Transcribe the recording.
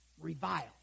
Revile